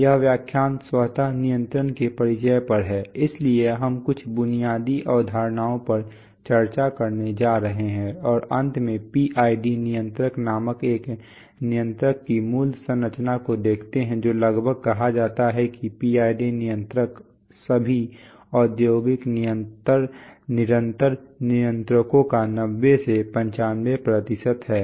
यह व्याख्यान स्वत नियंत्रण के परिचय पर है इसलिए हम कुछ बुनियादी अवधारणाओं पर चर्चा करने जा रहे हैं और अंत में PID नियंत्रक नामक एक नियंत्रक की मूल संरचना को देखते हैं जो लगभग कहा जाता है कि PID नियंत्रक सभी औद्योगिक निरंतर नियंत्रकों का 90 95 है